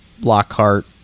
Lockhart